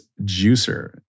juicer